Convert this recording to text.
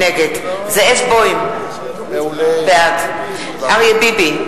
נגד זאב בוים, בעד אריה ביבי,